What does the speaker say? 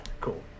Cool